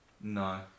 No